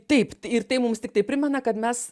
taip ir tai mums tiktai primena kad mes